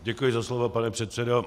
Děkuji za slovo, pane předsedo.